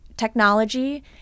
technology